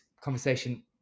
conversation